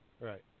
Right